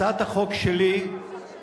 הצעת החוק שלי עוסקת,